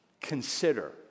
consider